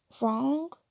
wrong